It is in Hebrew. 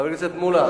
חבר הכנסת מולה,